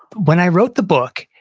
when i wrote the book,